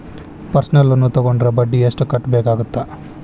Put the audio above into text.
personal loan ತೊಗೊಂಡ್ರ ಬಡ್ಡಿ ಎಷ್ಟ್ ಕಟ್ಟಬೇಕಾಗತ್ತಾ